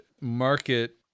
market